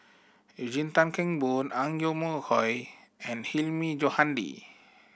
Eugene Tan Kheng Boon Ang Yoke Mooi and Hilmi Johandi